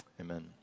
Amen